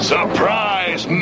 Surprise